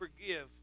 forgive